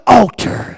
altar